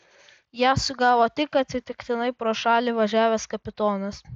ją sugavo tik atsitiktinai pro šalį važiavęs kapitonas